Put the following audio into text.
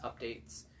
updates